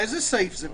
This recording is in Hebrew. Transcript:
איזה סעיף זה?